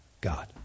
God